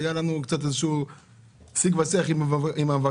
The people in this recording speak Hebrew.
היה לנו שיג ושיח עם המבקר.